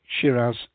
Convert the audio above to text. Shiraz